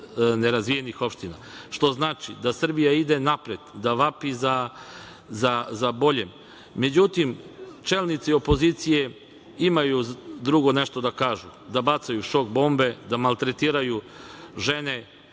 nerazvijenih opština. To znači da Srbija ide napred, da vapi za boljem.Međutim, čelnici opozicije imaju nešto drugo da kažu - da bacaju šok bombe, da maltretiraju žene.